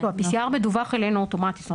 לא, ה-PCR מדווח אלינו אוטומטית.